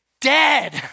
dead